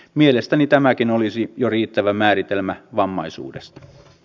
mielestäni tämäkin olisi jo riittävä määritelmä vammaisuudesta